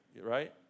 right